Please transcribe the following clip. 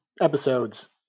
episodes